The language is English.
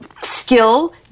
skill